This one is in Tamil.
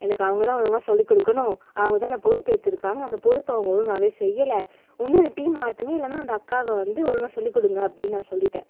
எனக்கு அவங்க தான் ஒழுங்காக சொல்லிக் கொடுக்கணும் அவங்க தான் எனக்கு பொறுப்பேற்றிருக்காங்க அந்த பொறுப்ப அவங்க ஒழுங்காகவே செய்யலை ஒன்று என்னை டீம் மாற்றுங்க இல்லைன்னா அந்த அக்காவை வந்து ஒழுங்காக சொல்லி கொடுங்க அப்படின்னு நான் சொல்லிவிட்டேன்